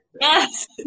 Yes